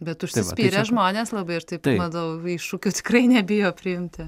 bet užsispyrę žmonės labai ir taip matau iššūkių tikrai nebijo priimti